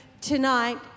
tonight